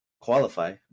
qualify